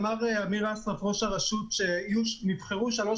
אמר אמיר אסרף ראש הרשות שנבחרו שלוש